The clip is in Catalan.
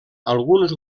alguns